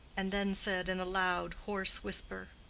and then said in a loud, hoarse whisper,